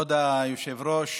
כבוד היושב-ראש,